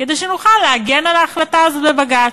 כדי שנוכל להגן על ההחלטה הזאת בבג"ץ.